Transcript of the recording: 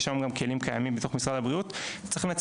יש לנו גם כלים קיימים בתוך משרד הבריאות וצריך לנצל